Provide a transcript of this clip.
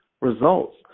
results